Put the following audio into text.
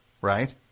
right